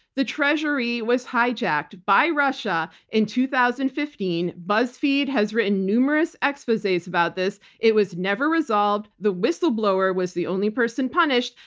the treasury was hijacked by russia in two thousand and fifteen. buzzfeed has written numerous exposes about this. it was never resolved. the whistleblower was the only person punished,